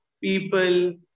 people